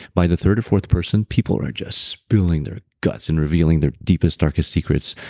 by the third or fourth person, people are just spilling their guts and revealing their deepest, darkest secrets.